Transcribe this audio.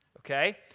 Okay